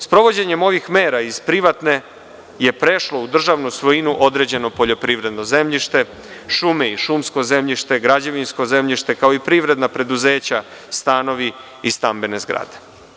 Sprovođenjem ovih mera iz privatne je prešlo u državnu svojinu određeno poljoprivredno zemljište, šume i šumsko zemljište, građevinsko zemljište, kao i privredna preduzeća, stanovi i stambene zgrade.